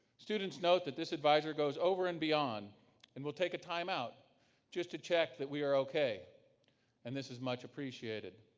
students note that this advisor goes over and beyond and will take a timeout just to check that we are okay and this is much appreciated.